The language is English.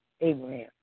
Abraham